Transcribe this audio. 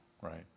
right